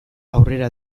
aurrera